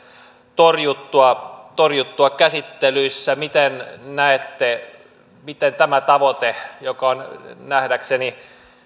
torjuttua torjuttua käsittelyissä miten näette miten tämä tavoite että se kattaisi koko maan joka on nähdäkseni